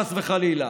חס וחלילה,